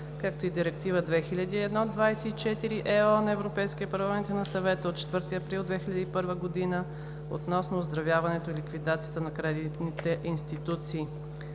както и Директива 2001/24/ЕО на Европейския парламент и на Съвета от 4 април 2001 г. относно оздравяването и ликвидацията на кредитни институции.